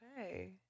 Okay